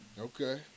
Okay